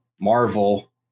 Marvel